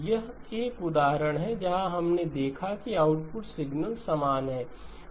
यह एक उदाहरण है जहां हमने देखा कि आउटपुट सिग्नल समान हैं